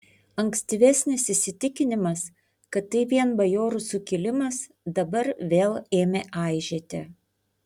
ankstyvesnis įsitikinimas kad tai vien bajorų sukilimas dabar vėl ėmė aižėti